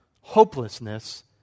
hopelessness